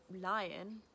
lion